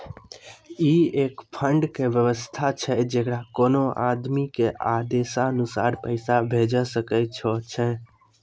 ई एक फंड के वयवस्था छै जैकरा कोनो आदमी के आदेशानुसार पैसा भेजै सकै छौ छै?